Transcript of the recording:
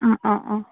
অঁ অঁ অঁ